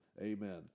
Amen